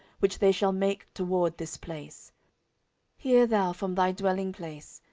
which they shall make toward this place hear thou from thy dwelling place,